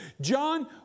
John